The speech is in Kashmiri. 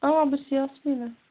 آ بہٕ چھَس یاسمیٖنہ